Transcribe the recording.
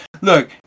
Look